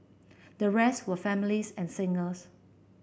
the rest were families and singles